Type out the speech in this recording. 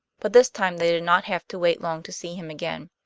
but this time they did not have to wait long to see him again.